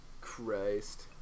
Christ